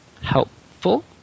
helpful